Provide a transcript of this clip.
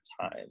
time